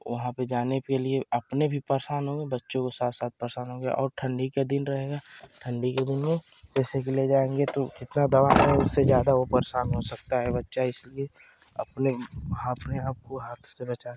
वहां पे जाने के लिए अपने भी परेशान होंगे बच्चों के साथ साथ परेशान होंगे और ठंडी के दिन रहेगा ठंडी के दिन वो पैसे भी ले जाएँगे तो कितना दवा है उससे ज़्यादा हो परेशान हो सकता है बच्चा इसलिए अपने हाथ में हाथ से बचाकर रखें